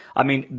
i mean,